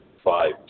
five